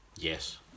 Yes